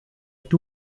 two